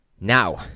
Now